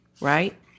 right